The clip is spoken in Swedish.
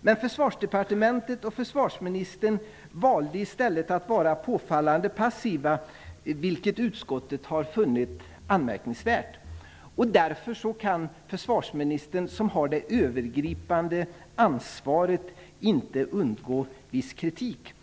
Men Försvarsdepartementet och försvarsministern valde i stället att vara påfallande passiva, vilket utskottet har funnit anmärkningsvärt. Därför kan försvarsministern, som har det övergripande ansvaret, inte undgå viss kritik.